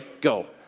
Go